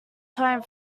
time